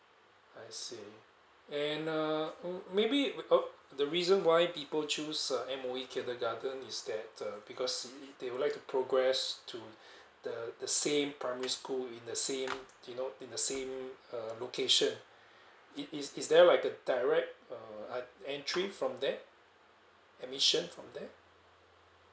I see and err m~ maybe oh the reason why people choose a M_O_E kindergarten is that uh because they would like to progress to the the same primary school in the same you know in the same uh location it is is there like a direct err en~ entry from there admission from there